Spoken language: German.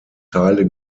teile